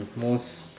most